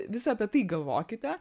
vis apie tai galvokite